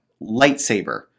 lightsaber